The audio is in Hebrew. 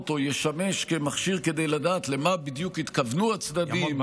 או ישמש כמכשיר כדי לדעת למה בדיוק התכוונו הצדדים,